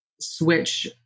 switch